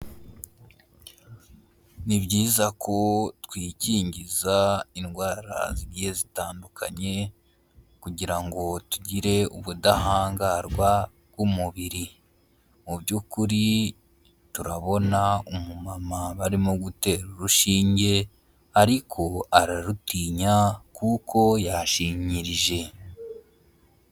Ni byiza ko twikingiza indwara zitandukanye kugira ngo tugire ubudahangarwa bw'umubiri. Mu by'ukuri turabona umumama barimo gutera urushinge, ariko ararutinya kuko yashinyirije.